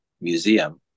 Museum